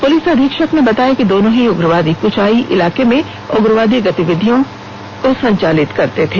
police अधीक्षक ने बताया कि दोनों ही उग्रवादी क्चाई इलाके में उग्रवादी गतिविधियों को संचालित करते थे